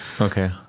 Okay